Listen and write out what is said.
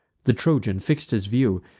the trojan fix'd his view,